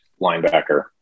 linebacker